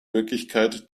wirklichkeit